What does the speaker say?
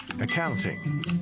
accounting